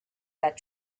that